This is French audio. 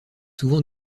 souvent